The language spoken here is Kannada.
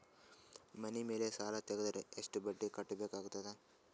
ಮನಿ ಮೇಲ್ ಸಾಲ ತೆಗೆದರ ಎಷ್ಟ ಬಡ್ಡಿ ಕಟ್ಟಬೇಕಾಗತದ?